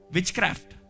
Witchcraft